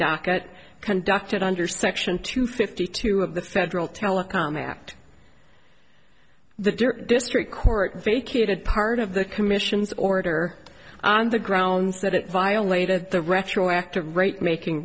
docket conducted under section two fifty two of the federal telecom act the district court vacated part of the commission's order on the grounds that it violated the retroactive rate making